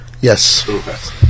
Yes